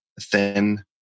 thin